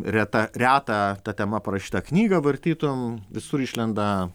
reta retą ta tema parašytą knygą vartytum visur išlenda